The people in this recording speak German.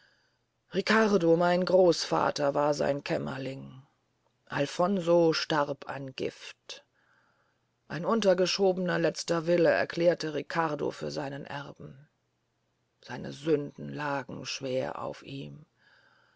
riccardo mein großvater war sein kämmerling alfonso starb an gift ein untergeschobener letzter wille erklärte riccardo für seinen erben seine sünde lag schwer auf ihm